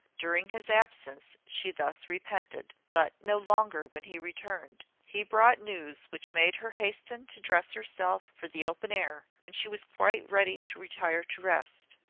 during his absence she thus repented, but no longer when he returned. he brought news which made her hasten to dress herself for the open air, when she was quite ready to retire to rest.